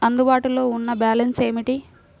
అందుబాటులో ఉన్న బ్యాలన్స్ ఏమిటీ?